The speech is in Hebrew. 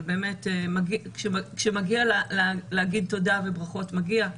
אבל באמת כשמגיע להגיד תודה וברכות מגיע.